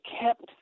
kept